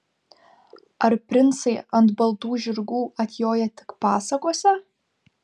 ar princai ant baltų žirgų atjoja tik pasakose